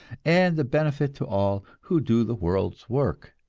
and the benefit to all who do the world's work?